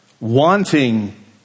Wanting